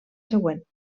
següent